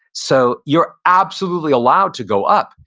so you're absolutely allowed to go up.